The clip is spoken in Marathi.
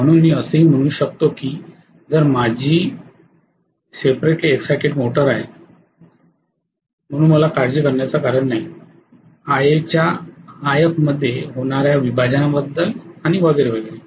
म्हणून मी असेही म्हणू शकतो की जर माझी ही सेपरेटली एक्साईटेड मोटर आहे म्हणून मला काळजी करण्याचं कारण नाही Ia च्या If मध्ये हे होणाऱ्या विभाजना बद्दल आणि वगैरे वगैरे